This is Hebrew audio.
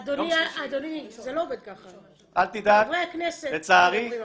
אדוני, זה לא עובד ככה, חברי הכנסת מדברים עכשיו.